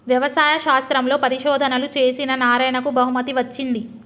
వ్యవసాయ శాస్త్రంలో పరిశోధనలు చేసిన నారాయణకు బహుమతి వచ్చింది